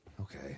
Okay